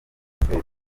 rusizi